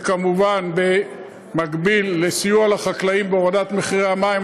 וכמובן במקביל לסיוע לחקלאים בהורדת מחירי המים,